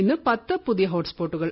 ഇന്ന് പത്ത് പുതിയ ഹോട്ട്സ്പോട്ടുകൾ